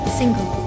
single